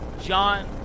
John